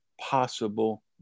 possible